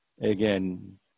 Again